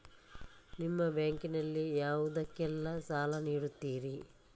ನಿಮ್ಮ ಬ್ಯಾಂಕ್ ನಲ್ಲಿ ಯಾವುದೇಲ್ಲಕ್ಕೆ ಸಾಲ ನೀಡುತ್ತಿರಿ?